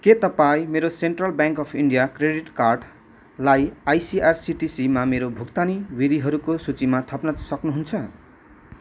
के तपाईँ मेरो central bank of India credit कार्डलाई आइसिआरसिटिसीमा मेरो भुक्तानी विधिहरूको सूचीमा थप्न सक्नुहुन्छ